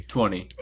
Twenty